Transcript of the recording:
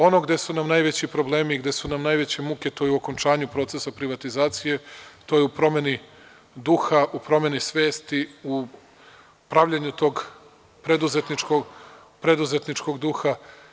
Ono gde su nam najveći problemi, gde su nam najveće muke, to je u okončanju procesa privatizacije, to je u promeni duha, u promeni svesti, u pravljenju tog preduzetničkog duha.